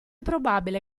probabile